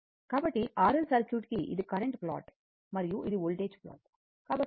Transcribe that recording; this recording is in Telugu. కాబట్టి R L సర్క్యూట్ కి ఇది కరెంటు ప్లాట్ మరియు ఇది వోల్టేజ్ ప్లాట్